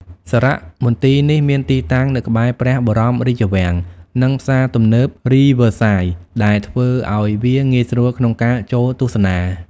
សារមន្ទីរនេះមានទីតាំងនៅក្បែរព្រះបរមរាជវាំង និងផ្សារទំនើបរីវើសាយ ដែលធ្វើឲ្យវាងាយស្រួលក្នុងការចូលទស្សនា។